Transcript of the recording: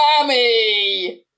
Whammy